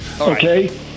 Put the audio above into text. Okay